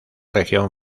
región